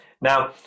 Now